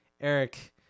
Eric